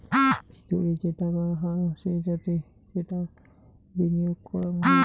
ভিতরে যে টাকার হার হসে যাতে সেটা বিনিয়গ করাঙ হউ